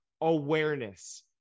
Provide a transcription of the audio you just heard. awareness